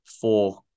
four